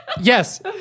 Yes